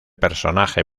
personaje